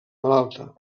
malalta